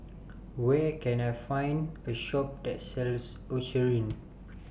Where Can I Find A Shop that sells Eucerin